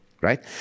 right